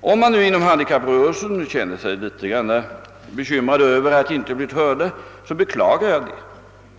Om man inom handikapprörelsen känner sig litet bekymrad över att inte ha blivit hörd, beklagar jag det.